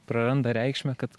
praranda reikšmę kad